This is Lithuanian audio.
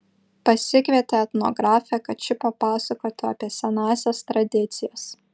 pasikvietė etnografę kad ši papasakotų apie senąsias tradicijas